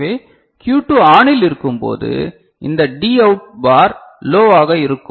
எனவே Q2 ஆனில் இருக்கும்போது இந்த D அவுட் பார் லோவாக இருக்கும்